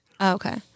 Okay